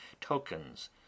tokens